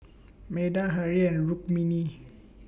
Medha Hri and Rukmini